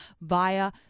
via